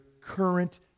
current